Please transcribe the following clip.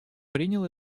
принял